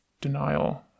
denial